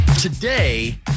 Today